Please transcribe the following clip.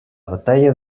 batalla